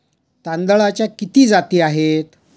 तांदळाच्या किती जाती आहेत?